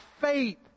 faith